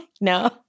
no